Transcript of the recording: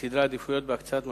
ובסדרי עדיפויות בהקצאת משאבים,